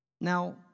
Now